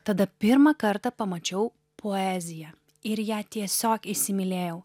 tada pirmą kartą pamačiau poeziją ir ją tiesiog įsimylėjau